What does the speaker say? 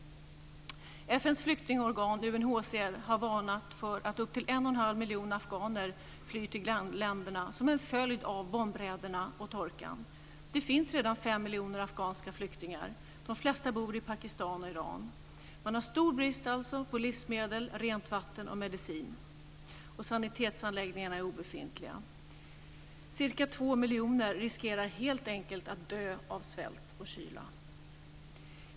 FN:s flyktingorgan UNHCR har varnat för att upp till 1 1⁄2 miljon afghaner flyr till grannländerna som en följd av bombräderna och torkan. Det finns redan 5 miljoner afghanska flyktingar. Man har stor brist på livsmedel, rent vatten och medicin. Sanitetsanläggningarna är obefintliga.